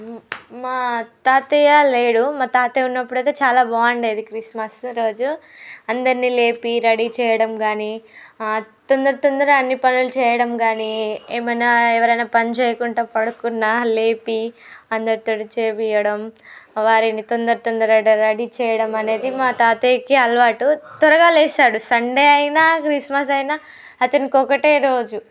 మా తాతయ్య లేడు మా తాతయ్య ఉన్నప్పుడు అయితే చాలా బాగుండేది క్రిస్మస్ రోజు అందరినీ లేపి రెడీ చేయడం కానీ తొందర తొందరగా అన్ని పనులు చేయడం కానీ ఏమైనా ఎవరైనా పని చేయకుండా పడుకున్నా లేపి అందరితో చేయించడం వారిని తొందర తొందరగా రెడీ చేయడం అనేది మా తాతయ్యకి అలవాటు త్వరగా లేస్తాడు సండే అయినా క్రిస్మస్ అయినా అతనికి ఒకటే రోజు